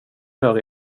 gör